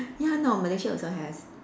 ya no Malaysia also has